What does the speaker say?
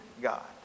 God